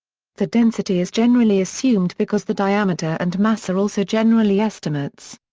the density is generally assumed because the diameter and mass are also generally estimates.